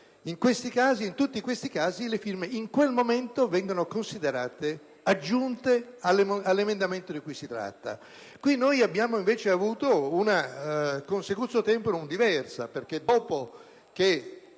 diversi, in tutti questi casi le firme in quel momento vengono considerate aggiunte all'emendamento di cui si tratta. Qui abbiamo avuto una *consecutio temporum* diversa, perché, dopo quello